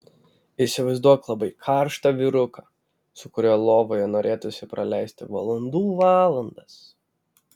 įsivaizduok labai karštą vyruką su kuriuo lovoje norėtųsi praleisti valandų valandas